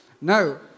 No